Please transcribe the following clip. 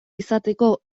izateko